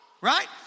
Right